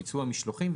ביצוע משלוחים,